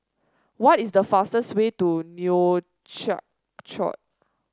what is the fastest way to Nouakchott